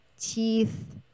teeth